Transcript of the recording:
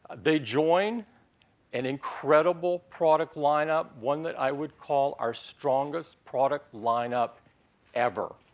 they join an incredible product lineup one that i would call our strongest product lineup ever.